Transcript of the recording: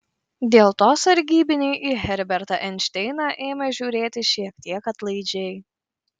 dėl to sargybiniai į herbertą einšteiną ėmė žiūrėti šiek tiek atlaidžiai